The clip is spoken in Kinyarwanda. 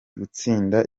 gutsinda